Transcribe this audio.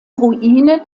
ruine